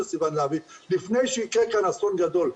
סיון להבי לפני שיקרה כאן אסון גדול,